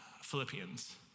Philippians